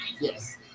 Yes